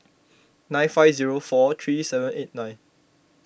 nine five zero four three seven eight nine